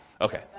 Okay